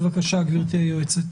בבקשה, גברתי היועצת.